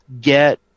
get